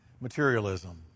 materialism